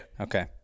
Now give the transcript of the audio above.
Okay